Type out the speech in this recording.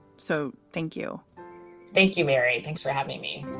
so thank you thank you, mary. thanks for having me